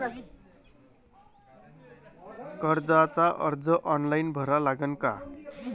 कर्जाचा अर्ज ऑनलाईन भरा लागन का?